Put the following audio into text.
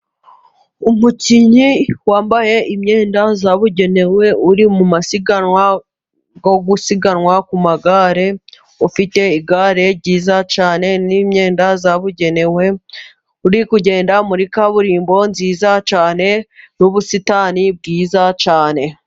Umukinnyi wambaye imyenda yabugenew, uri mu masiganwa yo gusiganwa ku magare. Afite igare ryiza cyane n'imyenda zabugenewe. Ari kugenda muri kaburimbo nziza cyane n'ubusitani bwiza cyane.